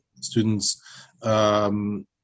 students